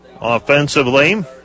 Offensively